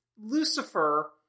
Lucifer